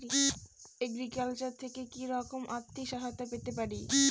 Agriculture থেকে কি রকম আর্থিক সহায়তা পেতে পারি?